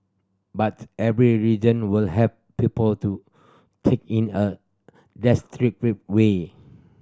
but every religion will have people to take in a way